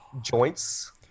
joints